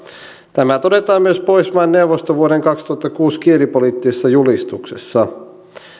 tämä todetaan myös pohjoismaiden neuvoston vuoden kaksituhattakuusi kielipoliittisessa julistuksessa